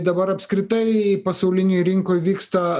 tai dabar apskritai pasaulinėj rinkoj vyksta